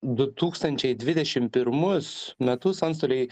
du tūkstančiai dvidešim pirmus metus antstoliai